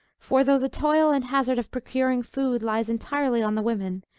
for, though the toil and hazard of procuring food lies entirely on the women,